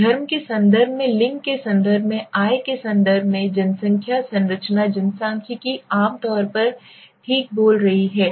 धर्म के संदर्भ में लिंग के संदर्भ में आय के संदर्भ में जनसंख्या संरचना जनसांख्यिकी आम तौर पर ठीक बोल रही है